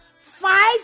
five